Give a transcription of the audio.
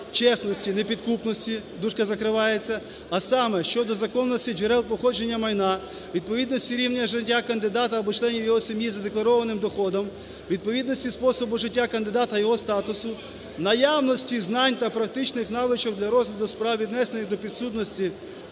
чесності, непідкупності), а саме щодо законності джерел походження майна, відповідності рівня життя кандидата або членів його сім'ї задекларованим доходам, відповідності способу життя кандидата, його статусу, наявності знань та практичних навичок для розгляду справ, віднесення до підсудності